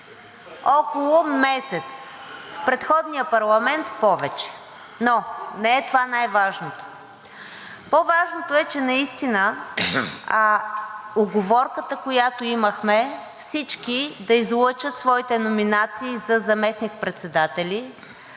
около месец, в предходния парламент – повече, но не е това най-важното. По-важното е, че наистина уговорката, която имахме, всички да излъчат своите номинации за заместник-председатели